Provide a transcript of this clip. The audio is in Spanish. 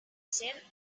ser